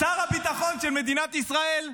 שר הביטחון של מדינת ישראל.